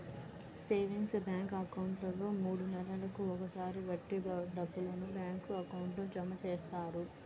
savings bank అకౌంట్లో మూడు నెలలకు ఒకసారి వడ్డీ డబ్బులను బ్యాంక్ అకౌంట్లో జమ చేస్తారు